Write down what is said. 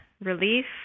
relief